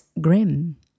grim